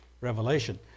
Revelation